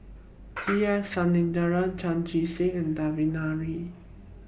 T S Sinnathuray Chan Chee Seng and Devan Nair